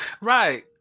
Right